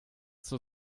zur